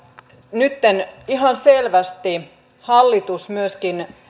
nytten ihan selvästi hallitus myöskin